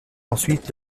ensuite